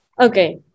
okay